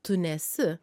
tu nesi